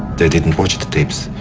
they didn't watch the tapes.